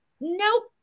Nope